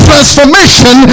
Transformation